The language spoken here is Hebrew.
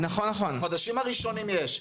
בחודשים הראשונים יש,